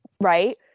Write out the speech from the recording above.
right